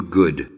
good